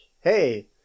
hey